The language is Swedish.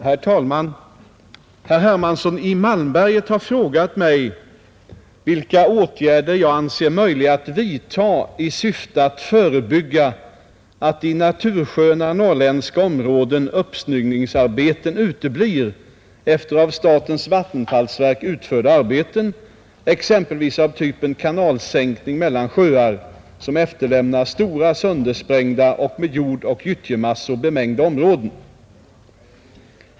Herr talman! Herr Hermansson i Malmberget har frågat mig vilka åtgärder jag anser möjliga att vidta i syfte att förebygga att i natursköna norrländska områden uppsnyggningsarbeten uteblir efter av statens vattenfallsverk utförda arbeten exempelvis av typen kanalsänkning mellan sjöar som efterlämnar stora söndersprängda och med jordoch gyttjemassor bemängda områden.